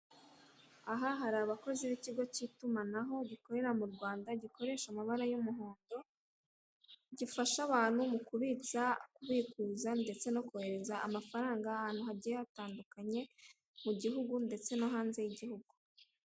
Aha hari abakozi b'ikigo cy'itumanaho gikorera mu Rwanda gikoresha amabara y'umuhondo gifasha abantu mu kubitsa, kubikuza ndetse no kohereza amafaranga ahantu hagiye hatandukanye mu gihugu ndetse no hanze y'igihugu.